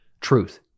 truth